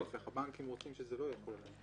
הבנקים רוצים שזה לא יחול עליהם.